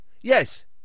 Yes